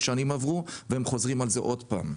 שנים עברו והם חוזרים על זה עוד פעם.